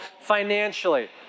financially